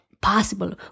possible